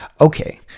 okay